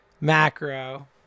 macro